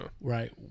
Right